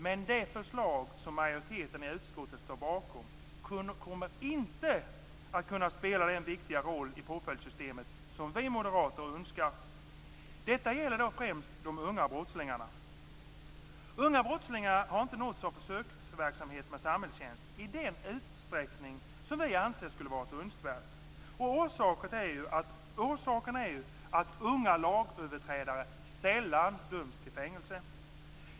Men det förslag som majoriteten i utskottet står bakom kommer inte att kunna spela den viktiga roll i påföljdssystemet som vi moderater önskar. Detta gäller främst de unga brottslingarna. Unga brottslingar har inte nåtts av försöksverksamheten med samhällstjänst i den utsträckning som vi anser skulle ha varit önskvärt. Orsaken är att unga lagöverträdare sällan döms till fängelse.